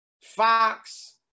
Fox